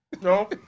No